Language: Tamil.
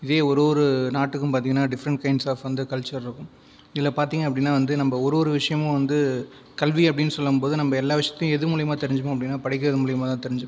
இதே ஒரு ஒரு நாட்டுக்கும் பார்த்தீங்கன்னா டிஃப்ரண்ட் கைன்ட்ஸ் ஆஃப் வந்து கல்ச்சர் இருக்கும் இதில் பார்த்தீங்க அப்படின்னால் வந்து நம்ம ஒரு ஒரு விஷயமும் வந்து கல்வி அப்படின்னு சொல்லும்போது நம்ம எல்லா விஷயத்தையும் எது மூலிமா தெரிஞ்சுப்போம் அப்படின்னால் படிக்கிறது மூலிமாதான் தெரிஞ்சுப்போம்